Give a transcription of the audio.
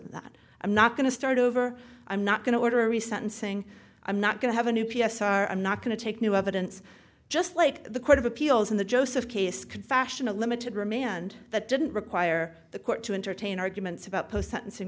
than that i'm not going to start over i'm not going to order a recent and saying i'm not going to have a new p s r i'm not going to take new evidence just like the court of appeals in the joseph case can fashion a limited remand that didn't require the court to entertain arguments about post sentencing